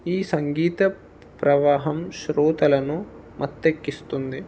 ఈ సంగీత ప్రవాహం శ్రోతలను మత్తెక్కిస్తుంది